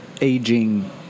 aging